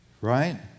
Right